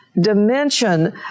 dimension